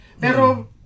Pero